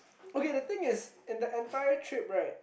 okay the thing is in the entire trip right